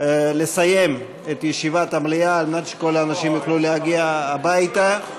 לסיים את ישיבת המליאה על מנת שכל האנשים יוכלו להגיע הביתה.